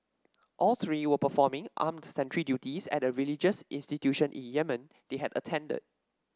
all three were performing armed sentry duties at a religious institution in Yemen they had attended